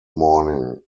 morning